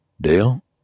Dale